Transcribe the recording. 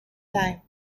time